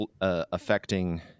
affecting